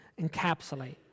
encapsulate